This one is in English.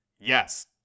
Yes